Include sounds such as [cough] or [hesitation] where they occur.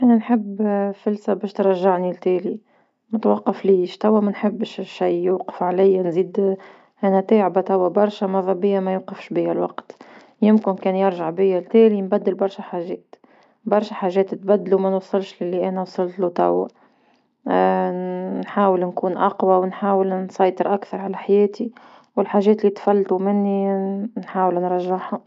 انا نحب [hesitation] فلسة باش ترجعني لتالي، متوقفليش توا منحبش شي يوقف عليا نزيد انا تاعبة توا برشا مذا بيا ميوقفش بيا الوقت، يمكن كان يرجع بيا لتالي نبدل برشا حاجات، برشا حاجات تبدلو منوصلش للي انا وصلتلو توا، [hesitation] نحاول نكون أقوى ونحاول نسيطر أكثر على حياتي، والحاجات اللي تفلتو مني نحاول نرجعها.